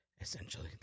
essentially